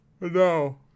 No